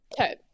okay